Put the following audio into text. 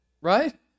right